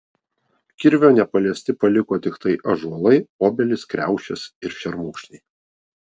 kirvio nepaliesti paliko tiktai ąžuolai obelys kriaušės ir šermukšniai